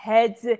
Heads